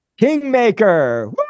Kingmaker